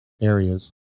areas